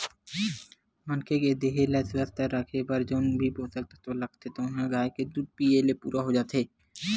मनखे के देहे ल सुवस्थ राखे बर जउन भी पोसक तत्व लागथे तउन ह गाय के दूद पीए ले पूरा हो जाथे